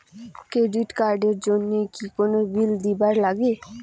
Credit card এর জন্যে কি কোনো বিল দিবার লাগে?